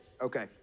Okay